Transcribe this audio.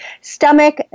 stomach